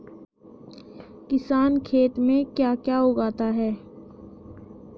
किसान खेत में क्या क्या उगाता है?